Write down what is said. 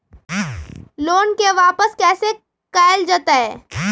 Loan के वापस कैसे कैल जतय?